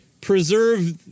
preserve